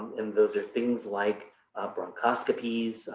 and those are things like bronchoscopies,